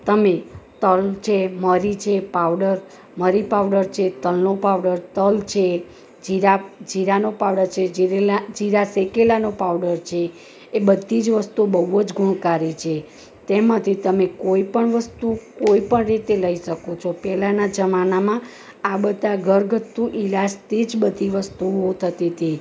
તમે તલ છે મરી છે પાવડર મરી પાવડર છે તલનો પાવડર તલ છે જીરા જીરાનો પાવડર છે જીરા શેકેલાનો પાવડર છે એ બધી જ વસ્તુ બહું જ ગુણકારી છે તેમાંથી તમે કોઈ પણ વસ્તુ કોઈ પણ રીતે લઈ શકો છો પહેલાંના જમાનામાં આ બધા ઘરગથ્થું ઇલાજથી જ બધી વસ્તુઓ થતી હતી